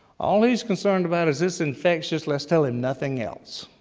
all he's concerned about is this infectious. let's tell him nothing else.